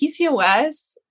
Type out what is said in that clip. PCOS